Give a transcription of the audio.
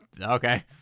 Okay